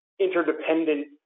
interdependent